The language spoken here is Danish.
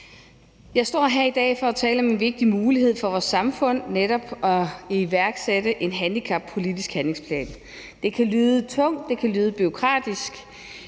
Jeg står her i dag for at tale om en vigtig mulighed for vores samfund – netop at iværksætte en handicappolitisk handlingsplan. Det kan lyde tungt, det kan lyde bureaukratisk,